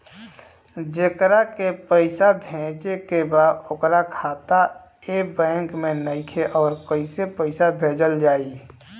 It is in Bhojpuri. जेकरा के पैसा भेजे के बा ओकर खाता ए बैंक मे नईखे और कैसे पैसा भेजल जायी?